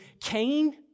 Cain